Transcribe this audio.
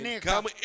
Come